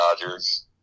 Dodgers